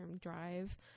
drive